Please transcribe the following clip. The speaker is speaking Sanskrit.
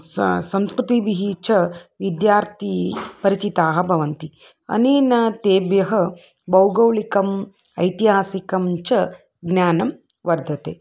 स सम्स्कृतिभिः च विद्यार्थिनः परिचिताः भवन्ति अनेन तेभ्यः भौगोळिकम् ऐतिहासिकं च ज्ञानं वर्धते